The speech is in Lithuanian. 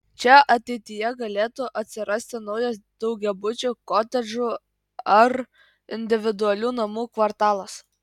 čia ateityje galėtų atsirasti naujas daugiabučių kotedžų ar individualių namų kvartalas